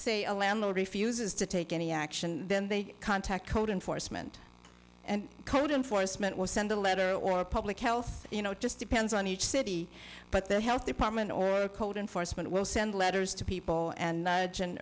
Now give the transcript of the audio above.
say a landlord refuses to take any action then they contact code enforcement and code enforcement will send a letter or public health you know it just depends on each city but the health department or code enforcement will send letters to people and